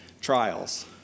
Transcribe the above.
trials